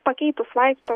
pakeitus vaisto